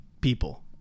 people